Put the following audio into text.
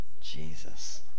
Jesus